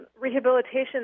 rehabilitation